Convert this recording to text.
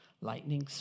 Lightning